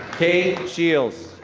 kay shields.